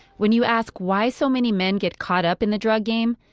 when you ask why so many men get caught up in the drug game,